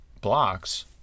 blocks